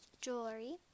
Jewelry